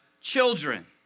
children